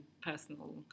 personal